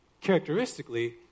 characteristically